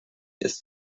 ist